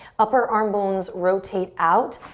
upper arm bones rotate out.